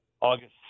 August